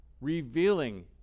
revealing